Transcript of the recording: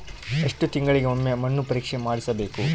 ಎಷ್ಟು ತಿಂಗಳಿಗೆ ಒಮ್ಮೆ ಮಣ್ಣು ಪರೇಕ್ಷೆ ಮಾಡಿಸಬೇಕು?